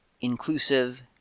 inclusive